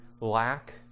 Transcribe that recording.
lack